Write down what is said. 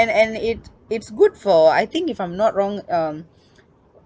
an~ and it it's good for I think if I'm not wrong um